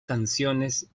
canciones